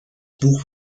buch